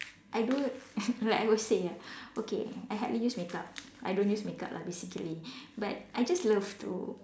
I do like I would say ah okay I hardly use makeup I don't use makeup lah basically but I just love to